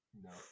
No